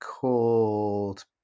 called